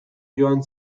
joan